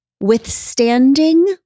withstanding